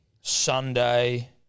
Sunday